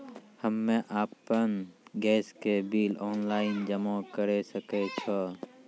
हम्मे आपन गैस के बिल ऑनलाइन जमा करै सकै छौ?